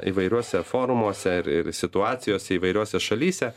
įvairiuose forumuose ir ir situacijose įvairiose šalyse